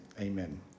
amen